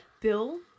Bill